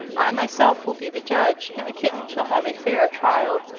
i myself will be the judge, and the kitten shall have a fair trial.